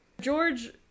George